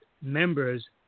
members